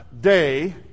day